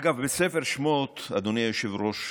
אגב, בספר שמות, אדוני היושב-ראש,